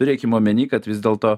turėkim omeny kad vis dėl to